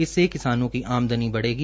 इससे किसानों की आमदनी बढ़ेगी